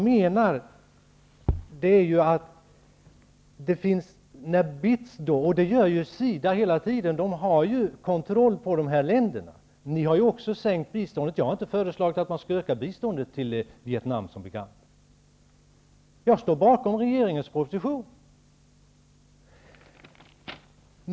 SIDA har ju kontroll över dessa länder. Ni har ju sänkt biståndet, och jag har som bekant inte föreslagit att man skall öka biståndet till Vietnam. Jag står bakom regeringens proposition.